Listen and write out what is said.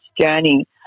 journey